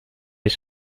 les